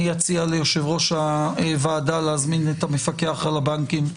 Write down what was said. אני אציע ליושב ראש הוועדה להזמין את המפקח על הבנקים,